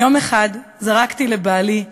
ויום אחד זרקתי לבעלי: